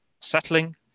settling